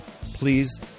please